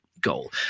Goal